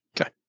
Okay